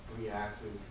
reactive